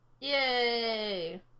Yay